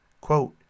Quote